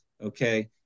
Okay